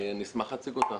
אשמח להציג אותו.